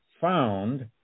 found